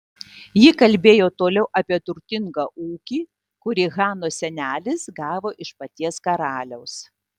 ji kalbėjo toliau apie turtingą ūkį kurį hanos senelis gavo iš paties karaliaus